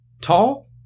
Tall